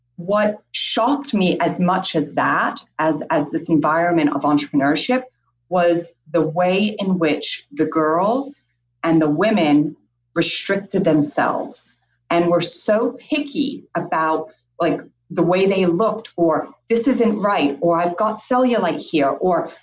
what shocked me as much as that as as this environment of entrepreneurship was the way in which the girls and the women restricted themselves and were so picky about like the the way they looked or this isn't right or i've got cellulite here or.